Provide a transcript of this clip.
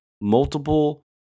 multiple